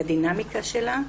על הדינמיקה שלה,